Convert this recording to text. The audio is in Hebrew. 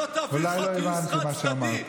אולי לא הבנתי מה שאמרת.